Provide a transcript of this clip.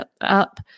up